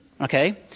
Okay